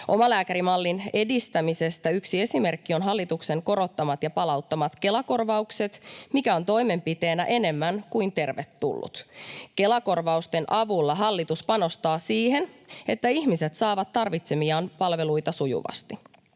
Omalääkärimallin edistämisestä yksi esimerkki ovat hallituksen korottamat ja palauttamat Kela-korvaukset, mikä on toimenpiteenä enemmän kuin tervetullut. Kela-korvausten avulla hallitus panostaa siihen, että ihmiset saavat tarvitsemiaan palveluita sujuvasti.